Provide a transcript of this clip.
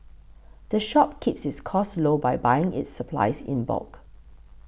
the shop keeps its costs low by buying its supplies in bulk